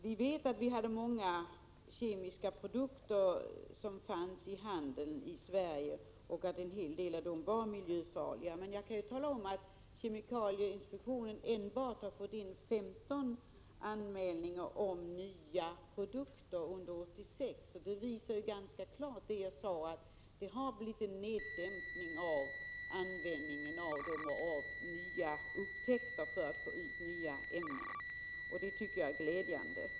Vi vet att många kemiska produkter som här i Sverige funnits i handeln varit miljöfarliga, men jag kan tala om att kemikalieinspektionen har fått in enbart 15 anmälningar om nya produkter under 1986. Det visar ganska klart att utnyttjandet av upptäckter av nya ämnen har dämpats, och det tycker jag är glädjande.